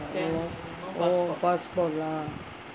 oh passport lah